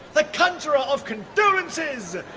the conjuror of condolences,